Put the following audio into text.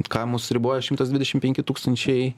ką mus riboja šimtas dvidešimt penki tūkstančiai